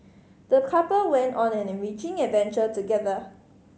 the couple went on an enriching adventure together